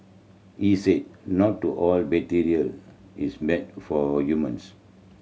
he said not to all bacteria is mad for humans